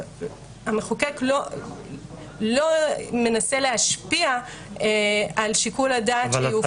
המחוקק לא מנסה להשפיע על שיקול הדעת שיופעל.